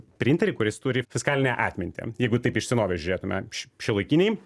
printerį kuris turi fiskalinę atmintį jeigu taip iš senovės žiūrėtume šiuolaikiniai